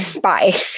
bye